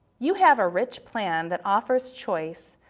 you have a rich plan that offers choice,